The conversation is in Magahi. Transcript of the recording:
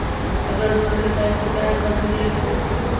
अगर हमर व्यवसाय छोटा है त हम लोन ले सकईछी की न?